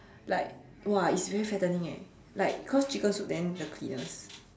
like !wah! it's very fattening leh like cause chicken soup then the cleaners